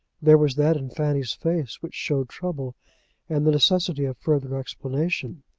there was that in fanny's face which showed trouble and the necessity of further explanation.